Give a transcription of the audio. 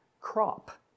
crop